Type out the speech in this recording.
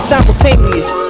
Simultaneous